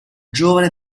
giovane